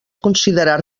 considerar